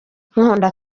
nkunda